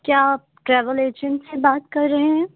کیا آپ travel agent سے بات کر رہے ہیں